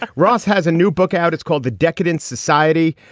ah ross has a new book out. it's called the decadence society.